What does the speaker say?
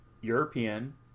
european